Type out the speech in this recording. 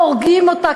או הורגים אותה,